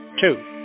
Two